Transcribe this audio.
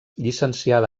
llicenciada